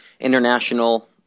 international